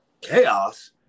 chaos